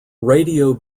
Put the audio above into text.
radio